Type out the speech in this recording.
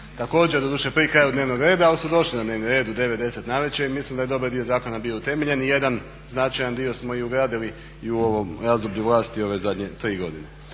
također, doduše pri kraju dnevnog reda ali su došli na dnevni red u 9-10 navečer i mislim da je dobar dio zakona bio utemeljen. Jedan značajan dio smo i ugradili i u ovom razdoblju vlasti ove zadnje tri godine.